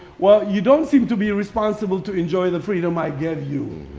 well, you don't seem to be responsible to enjoy the freedom i gave you.